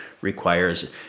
requires